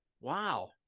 wow